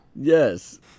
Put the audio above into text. Yes